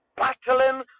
battling